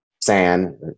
SAN